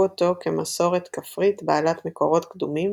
אותו כמסורת כפרית בעלת מקורות קדומים,